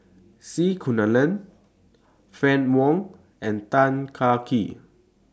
C Kunalan Fann Wong and Tan Kah Kee